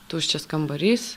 tuščias kambarys